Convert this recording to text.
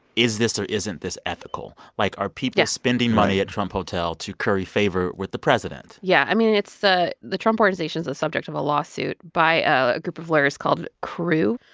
is this or isn't this ethical? like, are people spending money at trump hotel to curry favor with the president? yeah, i mean, it's a the trump organization's a subject of a lawsuit by a group of lawyers called crew.